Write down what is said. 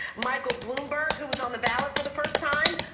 michael bloomberg, who was on the ballot for the first time,